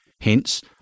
Hence